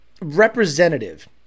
representative